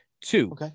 Two